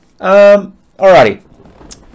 Alrighty